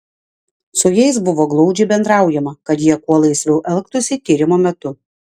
su jais buvo glaudžiai bendraujama kad jie kuo laisviau elgtųsi tyrimo metu